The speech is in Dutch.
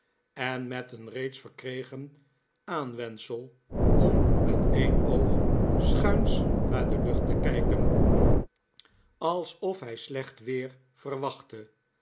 en met een reeds verkregen aanwendsel om met een oog schuins naar de lucht te kijken alsof hij slecht weer verwachtte